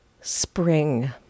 spring